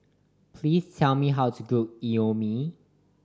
please tell me how to cook Imoni